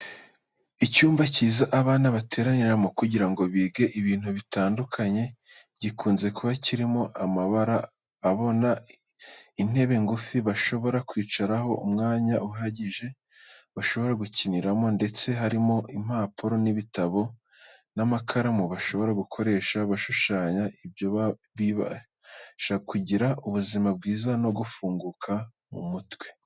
Icyumba cyiza abana bateraniramo kugira ngo bige ibintu bidatandukanye, gikunze kuba kirimo amabara abona, intebe ngufi bashobora kwicaraho, umwanya uhagije bashobora gukiniramo ndetse harimo impapuro n'ibitabo n'amakaramu bashobora gukoresha bashushanya. Ibyo bibafasha kugira ubuzima bwiza no gufunguka mu mutwe.